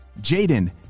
Jaden